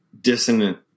dissonant